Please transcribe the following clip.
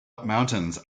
mountains